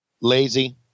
lazy